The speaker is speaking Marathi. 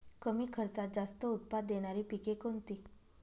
कमी खर्चात जास्त उत्पाद देणारी पिके कोणती?